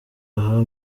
aha